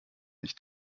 nicht